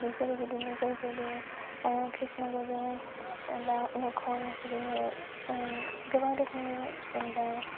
बिसोर बिदिनो जयगुरु कृष्ण गुरु बा अनुकुलगिरि बिदिनो गोबां रोखोमनि जेनेबा